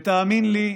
ותאמין לי,